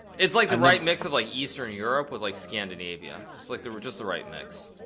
it's like the right mix of like eastern europe with like scandinavia it's like they were just the right mix